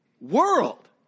world